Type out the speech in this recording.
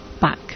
back